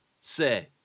say